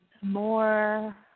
More